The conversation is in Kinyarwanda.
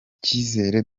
icyizere